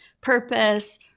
purpose